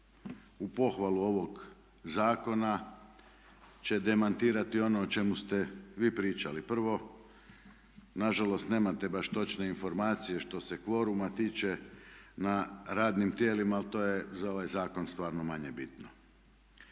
u pohvalu ovog zakona će demantirati ono o čemu ste vi pričali. Prvo nažalost nemate baš točne informacije što se kvoruma tiče na radnim tijelima ali to je za ovaj zakon stvarno manje bitno.